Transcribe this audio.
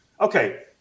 Okay